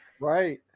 right